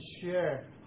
share